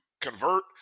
convert